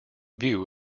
view